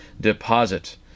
deposit